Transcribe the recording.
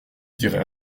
dirai